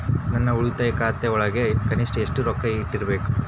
ನನ್ನ ಉಳಿತಾಯ ಖಾತೆಯೊಳಗ ಕನಿಷ್ಟ ಎಷ್ಟು ರೊಕ್ಕ ಇಟ್ಟಿರಬೇಕು?